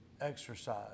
exercise